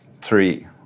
three